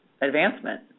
advancement